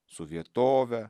su vietove